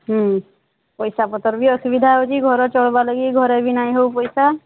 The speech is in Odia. ହୁଁ ପଇସା ପତ୍ର ବି ଅସୁବିଧା ହେଉଛି ଘରେ ଚଳିବା ଲାଗି ଘରେ ବି ନାଇ ଆଉ ପଇସା